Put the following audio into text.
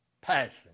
passion